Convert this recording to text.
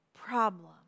problem